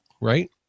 right